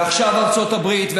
ועכשיו ארצות הברית,